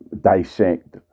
dissect